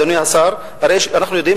אדוני השר, הרי אנחנו יודעים